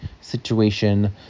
situation